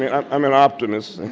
and i'm i'm an optimist.